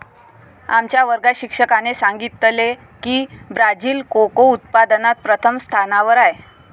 आमच्या वर्गात शिक्षकाने सांगितले की ब्राझील कोको उत्पादनात प्रथम स्थानावर आहे